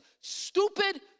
stupid